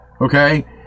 okay